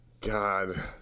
God